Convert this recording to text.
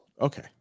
Okay